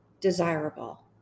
desirable